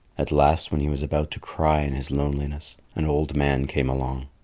at last when he was about to cry in his loneliness, an old man came along.